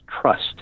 trust